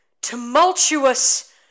tumultuous